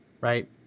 right